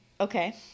Okay